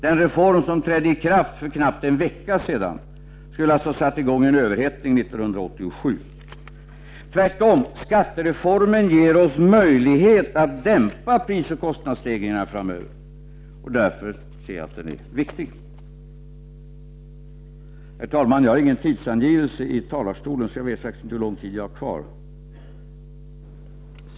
Den reform som trädde i kraft för knappt en vecka sedan skulle alltså ha satt i gång en överhettning 1987 — nej, tvärtom. Skattereformen ger oss möjlighet att dämpa prisoch kostnadsstegringarna framöver. Därför anser jag att den är viktig.